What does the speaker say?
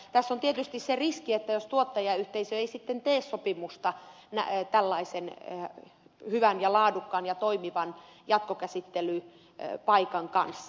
tässä on tietysti se riski että tuottajayhteisö ei sitten tee sopimusta tällaisen hyvän ja laadukkaan ja toimivan jatkokäsittelypaikan kanssa